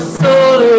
soul